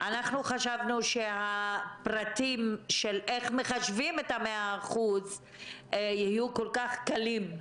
חשבנו שהפרטים של איך מחשבים את ה-100% יהיו כל כך קלים,